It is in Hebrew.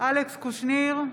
אלכס קושניר,